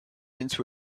into